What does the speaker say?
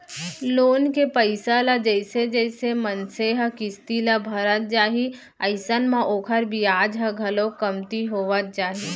loan के पइसा ल जइसे जइसे मनसे ह किस्ती ल भरत जाही अइसन म ओखर बियाज ह घलोक कमती होवत जाही